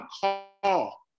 call